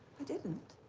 i didn't.